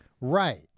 right